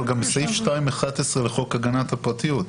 אבל גם בסעיף 2(11) לחוק הגנת הפרטיות.